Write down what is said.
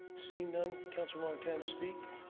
seeing none. council wong-tam to speak?